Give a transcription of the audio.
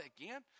again